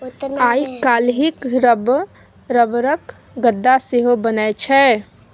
आइ काल्हि रबरक गद्दा सेहो बनैत छै